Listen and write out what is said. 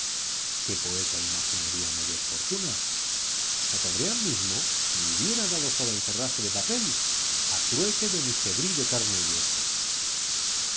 qué poeta imaginaría mayor fortuna chateaubriand mismo me hubiera dado su abencerraje de papel a trueque de mi zegrí de carne y hueso